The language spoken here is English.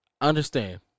understand